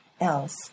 else